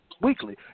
weekly